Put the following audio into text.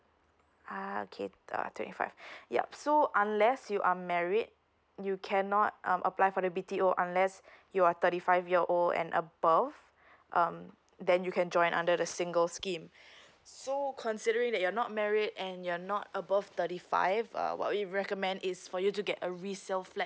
uh okay got twenty five yup so unless you are married you cannot um apply for the B_T_O unless you are thirty five year old and above um then you can join under the single scheme so considering that you're not married and you're not above thirty five uh what we recommend is for you to get a resale flat